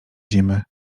zimy